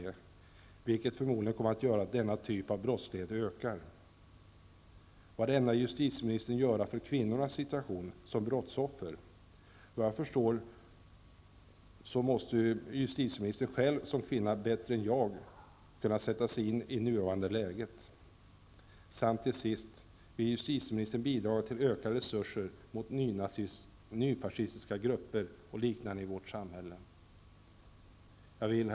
Ett medlemskap i EG kommer förmodligen att innebära att denna typ av brottslighet ökar. Justitieministern som själv är kvinna kan säkert bättre än jag sätta sig in i dessa brottsoffers nuvarande läge. Till sist: Vill justitieministern bidra till ökade resurser mot nynazism, nyfascistiska grupper och liknande i vårt samhälle? Herr talman!